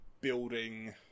building